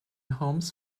homes